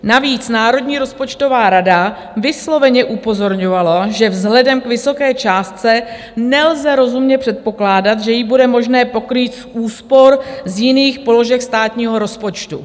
Navíc Národní rozpočtová rada vysloveně upozorňovala, že vzhledem k vysoké částce nelze rozumně předpokládat, že ji bude možné pokrýt z úspor z jiných položek státního rozpočtu.